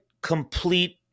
complete